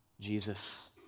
Jesus